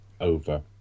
over